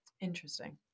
interesting